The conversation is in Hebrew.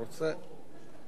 ברוב